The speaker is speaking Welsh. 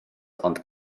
ond